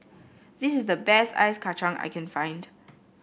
this is the best Ice Kacang I can find